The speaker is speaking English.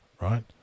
Right